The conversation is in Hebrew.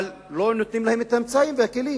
אבל לא נותנים להם את האמצעים ואת הכלים.